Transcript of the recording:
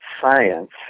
science